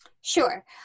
Sure